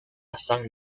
san